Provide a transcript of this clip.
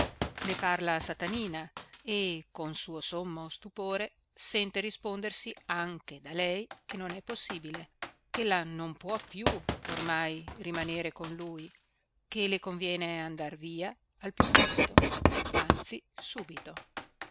ne parla a satanina e con suo sommo stupore sente rispondersi anche da lei che non è possibile chella non può più ormai rimanere con lui che le conviene andar via al più presto anzi subito